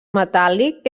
metàl·lic